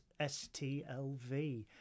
STLV